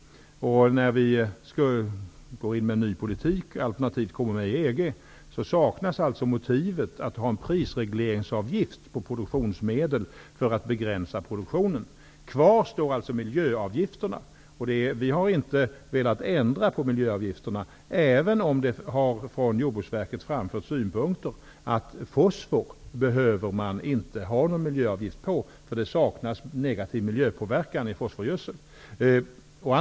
När vi går in med ny politik alternativt kommer med i EG saknas motivet för att ha en prisregleringsavgift på produktionsmedel för att begränsa produktionen. Kvar står alltså miljöavgifterna. Vi har inte velat ändra på miljöavgifterna, även om det från Jordbruksverket har framförts synpunkter om att man inte behöver ha någon miljöavgift på fosfor, för fosforgödsel saknar negativ miljöpåverkan.